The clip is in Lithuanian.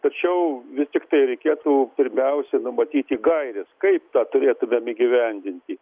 tačiau vis tiktai reikėtų pirmiausia numatyti gaires kaip tą turėtumėm įgyvendinti